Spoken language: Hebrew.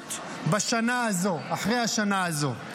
משמעות בשנה הזאת, אחרי השנה הזו.